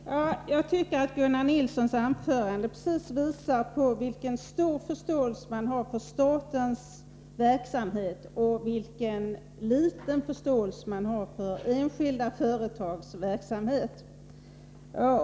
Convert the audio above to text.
Herr talman! Jag tycker att Gunnar Nilssons i Eslöv anförande tydligt visar vilket stort förtroende man har för statens verksamhet och vilken liten förståelse man har för enskilda företags verksamhet.